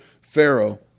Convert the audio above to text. Pharaoh